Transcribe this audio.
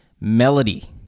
melody